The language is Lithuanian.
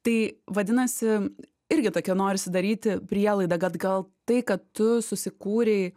tai vadinasi irgi tokia norisi daryti prielaidą kad gal tai kad tu susikūrei